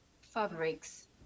fabrics